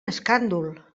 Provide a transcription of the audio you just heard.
escàndol